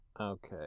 Okay